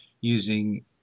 using